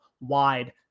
wide